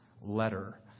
letter